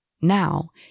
Now